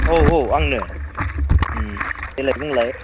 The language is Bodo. औ औ आंनो देलाय बुंलाय